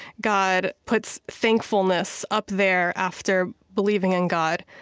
god puts thankfulness up there after believing in god,